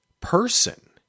person